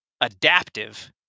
adaptive